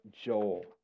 Joel